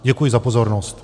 Děkuji za pozornost.